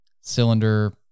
cylinder